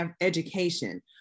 education